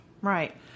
Right